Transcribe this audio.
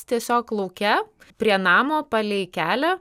tiesiog lauke prie namo palei kelią